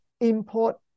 import